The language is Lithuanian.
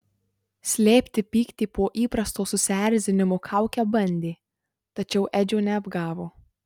slėpti pyktį po įprasto susierzinimo kauke bandė tačiau edžio neapgavo